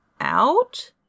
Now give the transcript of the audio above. out